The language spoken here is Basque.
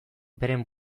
beren